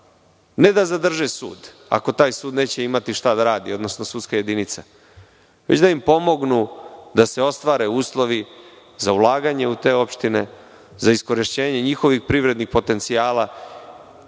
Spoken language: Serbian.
ne da zadrže sud ako taj sud neće imati šta da radi, odnosno sudska jedinica, već da im pomognu da se ostvare uslovi za ulaganje u te opštine, za iskorišćenje njihovih privrednih potencijala,